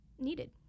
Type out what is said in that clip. needed